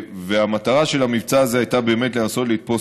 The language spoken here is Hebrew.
והמטרה של המבצע הזה הייתה באמת לנסות לתפוס